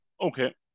Okay